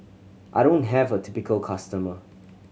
I don't have a typical customer